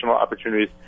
opportunities